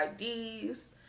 IDs